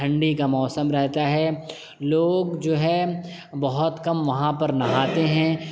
ٹھنڈی کا موسم رہتا ہے لوگ جو ہے بہت کم وہاں پر نہاتے ہیں